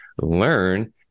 learn